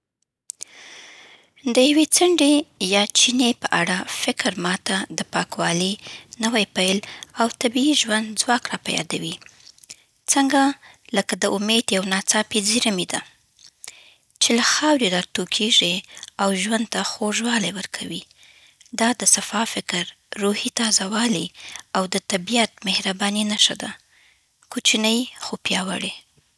د یوې څڼدې يا چینې په اړه فکر ما ته د پاکوالي، نوي پیل، او طبیعي ژوند ځواک راپه یادوي. څڼده لکه د امید یو ناڅاپي زېرمې ده، چې له خاورې راټوکېږي او ژوند ته خوږوالی ورکوي. دا د صفا فکر، روحي تازه‌والي، او د طبیعت مهرباني نښه ده؛ کوچنۍ، خو پیاوړې.